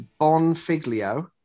Bonfiglio